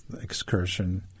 excursion